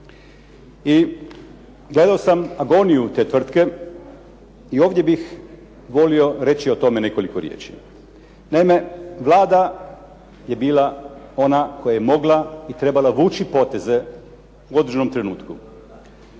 I gledao sam agoniju te tvrtke i ovdje bih volio reći o tome nekoliko riječi. Naime, Vlada je bila ona koja je mogla i trebala vući poteze u određenom trenutku.